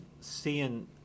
seeing